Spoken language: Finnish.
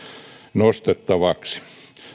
nostettavaksi